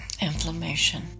inflammation